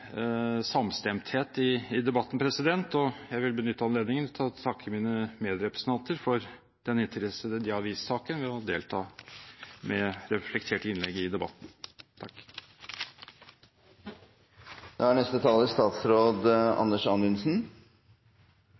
samstemthet i debatten, og jeg vil benytte anledningen til å takke mine medrepresentanter for den interesse de har vist saken ved å delta med reflekterte innlegg i debatten.